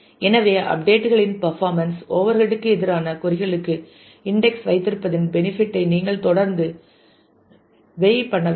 எனவே அப்டேட் களின் performance overhead க்கு எதிரான கொறிகளுக்கு இன்டெக்ஸ் வைத்திருப்பதன் பெனிபிட் ஐ நீங்கள் தொடர்ந்து வெய் பண்ண வேண்டும்